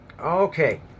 Okay